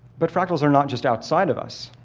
but fractals are not just outside of us.